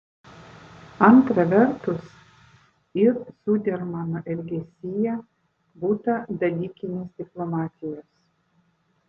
antra vertus ir zudermano elgesyje būta dalykinės diplomatijos